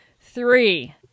Three